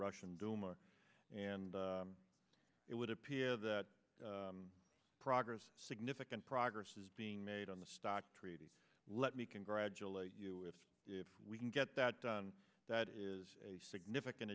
russian duma and it would appear that progress significant progress is being made on the stock treaty let me congratulate you if we can get that done that is a significant